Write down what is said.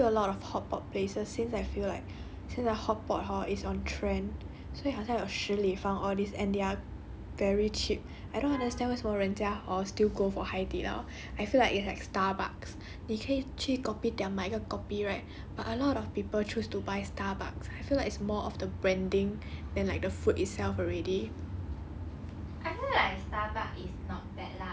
true like other than 海底捞 right there are still a lot of hotpot places since I feel like 现在 hotpot hor is on trend 所以好像 shi li fang all this and they're very cheap I don't understand 为什么人家 hor still go for 海底捞 I feel like it's like starbucks 你去去 kopitiam 买一个 kopi right but a lot of people choose to buy starbucks I feel like it's more of the branding and like the food itself already